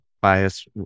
bias